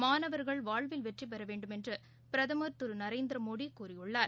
மாணவர்கள் வாழ்வில் வெற்றிபெறவேண்டும் என்றுபிரதமர் திருநரேந்திரமோடிகூறியுள்ளார்